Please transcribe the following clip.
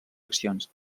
accions